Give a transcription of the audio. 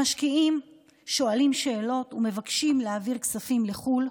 המשקיעים שואלים שאלות ומבקשים להעביר כספים לחו"ל,